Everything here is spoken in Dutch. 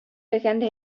legende